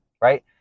right